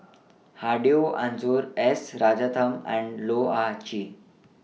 Hedwig Anuar S Rajaratnam and Loh Ah Chee